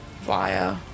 via